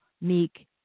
meek